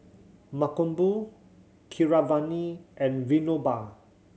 Mankombu Keeravani and Vinoba